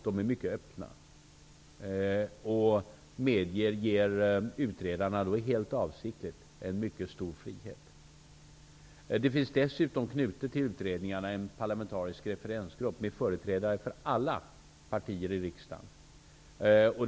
De är mycket öppna och medger utredarna helt avsiktligt en mycket stor frihet. Det finns dessutom en parlamentarisk referensgrupp med företrädare för alla partier i riksdagen knuten till utredningarna.